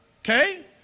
okay